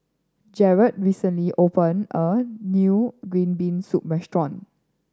Jaret recently open a new green bean soup restaurant